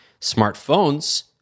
smartphones